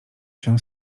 się